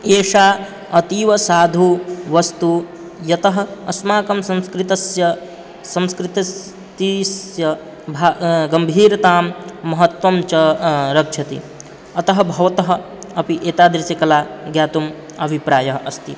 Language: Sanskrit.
एषा अतीवसाधुवस्तुः यतः अस्माकं संस्कृतस्य संस्कृतस्य तस्य भा गम्भीरतां महत्त्वं च रक्षति अतः भवतः अपि एतादृशकला ज्ञातुम् अभिप्रायः अस्ति